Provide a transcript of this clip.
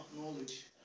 knowledge